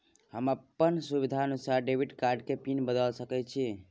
हम अपन सुविधानुसार डेबिट कार्ड के पिन बदल सके छि?